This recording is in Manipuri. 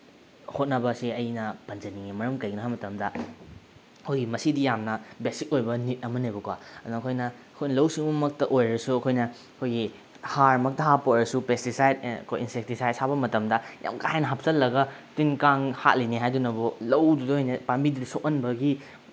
ꯍꯣꯠꯅꯕꯁꯦ ꯑꯩꯅ ꯄꯟꯖꯅꯤꯡꯏ ꯃꯔꯝ ꯀꯔꯤꯒꯤꯅꯣ ꯍꯥꯏ ꯃꯇꯝꯗ ꯑꯩꯈꯣꯏꯒꯤ ꯃꯁꯤꯗꯤ ꯌꯥꯝꯅ ꯕꯦꯁꯤꯛ ꯑꯣꯏꯕ ꯅꯤꯠ ꯑꯃꯅꯤꯕꯀꯣ ꯑꯗꯨꯅ ꯑꯩꯈꯣꯏꯅ ꯑꯩꯈꯣꯏꯅ ꯂꯧꯎ ꯁꯤꯡꯎꯕ ꯃꯛꯇ ꯑꯣꯏꯔꯁꯨ ꯑꯩꯈꯣꯏꯅ ꯑꯩꯈꯣꯏꯒꯤ ꯍꯥꯔꯃꯛꯇ ꯍꯥꯞꯄ ꯑꯣꯏꯔꯁꯨ ꯄꯦꯁꯇꯤꯁꯥꯏꯠ ꯑꯩꯈꯣꯏ ꯏꯟꯁꯦꯛꯇꯤꯁꯥꯏꯠꯁ ꯍꯥꯞꯄ ꯃꯇꯝꯗ ꯌꯥꯝ ꯀꯥ ꯍꯦꯟꯅ ꯍꯥꯞꯆꯤꯜꯂꯒ ꯇꯤꯟ ꯀꯥꯡ ꯍꯥꯠꯂꯤꯅꯦ ꯍꯥꯏꯗꯨꯅꯕꯨ ꯂꯧꯗꯨꯗ ꯑꯣꯏꯅ ꯄꯥꯝꯕꯤꯗꯨꯗ ꯁꯣꯛꯍꯟꯕꯒꯤ